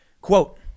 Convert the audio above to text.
Quote